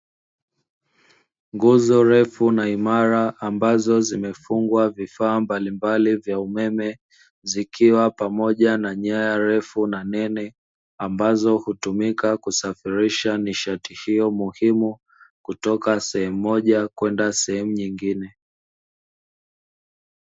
Nguzo ndefu na imara ambazo zimefungwa vifaa mbalimbali vya umeme, zikiwa pamoja na nyaya ndefu na nene, ambazo hutumika kusafirisha nishati hiyo muhimu kutoka sehemu moja kwenda sehemu nyingine.